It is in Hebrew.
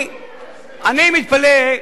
אני מתפלא,